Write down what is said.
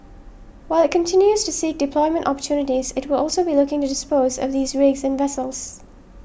while it continues to seek deployment opportunities it will also be looking to dispose of these rigs and vessels